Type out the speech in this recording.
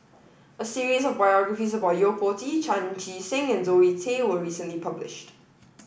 a series of biographies about Yo Po Tee Chan Chee Seng and Zoe Tay was recently published